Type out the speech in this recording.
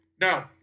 no